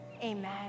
amen